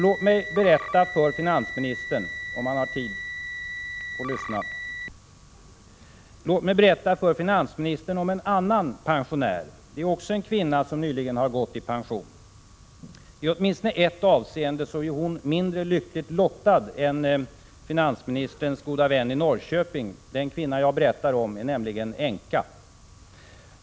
Låt mig berätta för finansministern — ifall han har tid att lyssna — om en annan pensionär, också en kvinna som nyligen har gått i pension. I åtminstone ett avseende är hon mindre lyckligt lottad än finansministerns goda vän i Norrköping. Kvinnan jag tänker berätta om är nämligen änka.